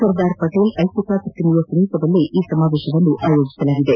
ಸರ್ದಾರ ಪಟೇಲ್ ಐಕ್ಯತಾ ಪ್ರತಿಮೆಯ ಸಮೀಪದಲ್ಲೇ ಈ ಸಮಾವೇಶವನ್ನು ಆಯೋಜಿಸಲಾಗಿದೆ